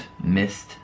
missed